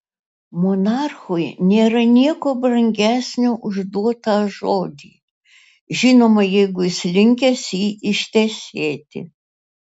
monarchui nėra nieko brangesnio už duotą žodį žinoma jeigu jis linkęs jį ištesėti